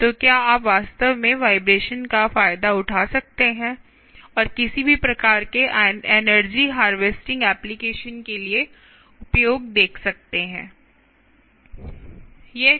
तो क्या आप वास्तव में वाइब्रेशन का फायदा उठा सकते हैं और किसी भी प्रकार के एनर्जी हार्वेस्टिंग एप्लिकेशन के लिए उपयोग देख सकते हैं